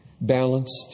balanced